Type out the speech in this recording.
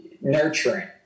nurturing